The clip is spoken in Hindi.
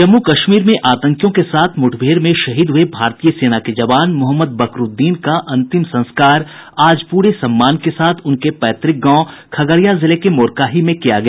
जम्मू कश्मीर में आतंकियों के साथ मुठभेड़ में शहीद हुए भारतीय सेना के जवान मोहम्मद बकरूद्दीन का अंतिम संस्कार आज पूरे सम्मान के साथ उनके पैतृक गांव खगड़िया जिले के मोरकाही में किया गया